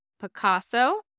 Picasso